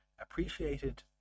appreciated